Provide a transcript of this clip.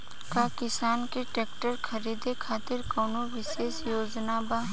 का किसान के ट्रैक्टर खरीदें खातिर कउनों विशेष योजना बा?